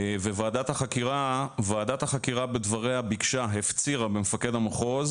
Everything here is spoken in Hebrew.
ועדת החקירה בדבריה הפצירה במפקד המחוז